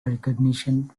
recognition